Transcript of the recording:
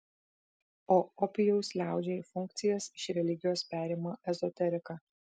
o opijaus liaudžiai funkcijas iš religijos perima ezoterika